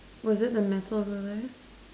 was it the metal rulers